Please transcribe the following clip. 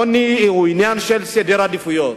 העוני הוא עניין של סדר עדיפויות.